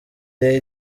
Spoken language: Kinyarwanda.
the